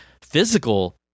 physical